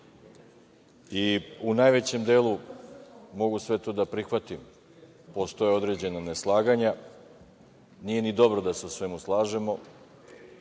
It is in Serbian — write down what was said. i u najvećem delu mogu sve to da prihvatim. Postoje određena neslaganja, nije ni dobro da se u svemu slažemo.